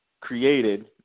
created